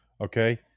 Okay